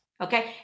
Okay